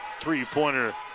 three-pointer